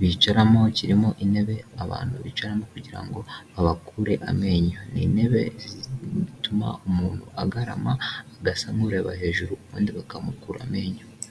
bicaramo kirimo intebe abantu bicaramo kugira ngo babakure amenyo n'intebe zituma umuntu agarama agasa n'ureba hejuru ubundi bakamukura amenyo.